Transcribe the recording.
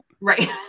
Right